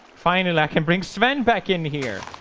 finally i can bring sven back in here.